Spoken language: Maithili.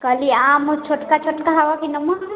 कहली आम छोटका छोटका हइ कि नमहर